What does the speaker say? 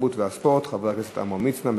התרבות והספורט חבר הכנסת עמרם מצנע,